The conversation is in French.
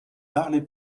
parlez